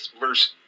verse